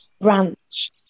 branch